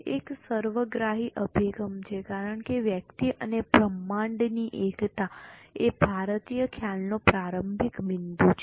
એક સર્વગ્રાહી અભિગમ છે કારણ કે વ્યક્તિ અને બ્રહ્માંડની એકતા એ ભારતીય ખ્યાલનો પ્રારંભિક બિંદુ છે